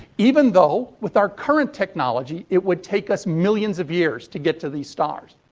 even though, with our current technology, it would takes us millions of years to get to these stars.